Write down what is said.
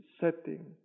setting